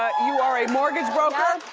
ah you are a mortgage broker. yup.